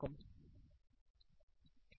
ആ വശവും ഞങ്ങൾ ചർച്ച ചെയ്യും